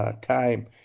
time